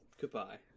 Goodbye